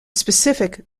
specific